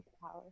power